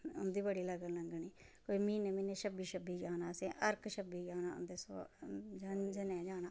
उंदी बड़ी लगन लग्गनी कोई म्हीनै म्हीनै छब्बी छब्बी जाना असैं हर इक छब्बी जाना असैं उंदै जाना